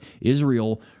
Israel